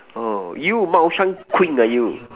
orh you 猫山 queen ah you